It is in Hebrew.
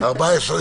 או מעבדת תיקונים,